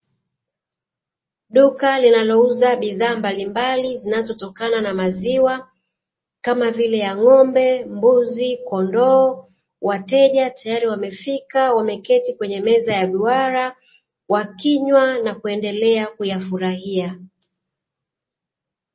Duka linalouza bidhaa mbalimbali zinazotokana na maziwa kama vile ya ng'ombe, mbuzi, kondoo. Wateja teyari wamefika, wameketi kwenye meza ya duara, wakinywa na kuendelea kuyafurahia.